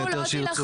תלחמו לא תלחמו,